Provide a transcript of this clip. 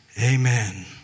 amen